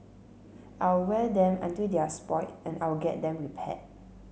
I'll wear them until they're spoilt and I'll get them repaired